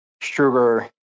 sugar